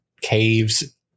caves